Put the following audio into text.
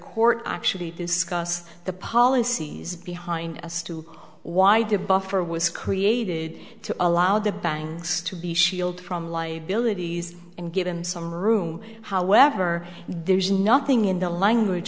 court actually discussed the policies behind as to why did buffer was created to allow the banks to be shielded from life and give them some room however there is nothing in the language